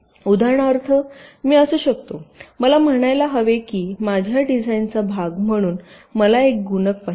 उदाहरणार्थ मी असू शकते मला म्हणायला हवे की माझ्या डिझाइनचा भाग म्हणून मला एक गुणक पाहिजे